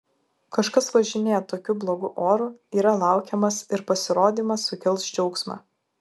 kažkas važinėja tokiu blogu oru yra laukiamas ir pasirodymas sukels džiaugsmą